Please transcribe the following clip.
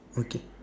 okay